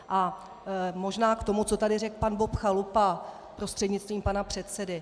A možná k tomu, co tady řekl pan Bob Chalupa prostřednictvím pana předsedy.